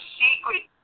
secret